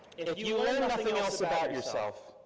if you learn nothing else about yourself,